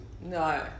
No